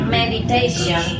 meditation